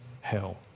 hell